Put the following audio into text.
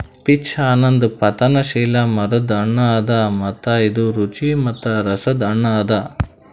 peach ಅನದ್ ಪತನಶೀಲ ಮರದ್ ಹಣ್ಣ ಅದಾ ಮತ್ತ ಇದು ರುಚಿ ಮತ್ತ ರಸದ್ ಹಣ್ಣ ಅದಾ